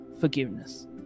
forgiveness